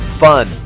fun